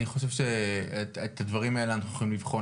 אני חושב שאת הדברים האלה אנחנו יכולים לבחון